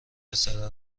پسره